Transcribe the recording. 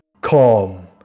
calm